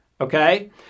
Okay